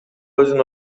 өзүн